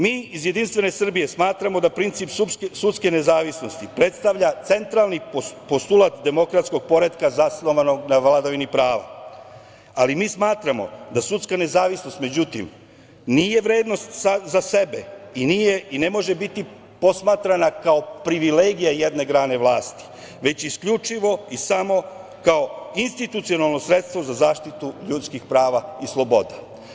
Mi iz JS smatramo da princip sudske nezavisnosti predstavlja centralni postulat demokratskog poretka zasnovanog na vladavini prava, ali mi smatramo da sudska nezavisnost međutim nije vrednost za sebe i nije i ne može biti posmatrana kao privilegija jedne grane vlasti već isključivo i samo kao institucionalno sredstvo za zaštitu ljudskih prava i sloboda.